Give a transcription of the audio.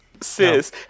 Sis